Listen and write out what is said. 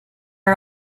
are